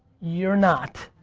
you're not,